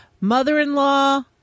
mother-in-law